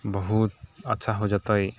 बहुत अच्छा हो जेतै